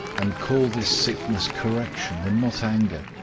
and call this sickness correction, and not anger,